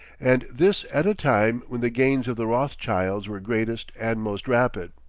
and this at a time when the gains of the rothschilds were greatest and most rapid.